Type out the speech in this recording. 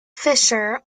fisher